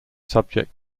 subject